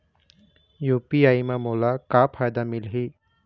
UPI म मोला का फायदा मिलही?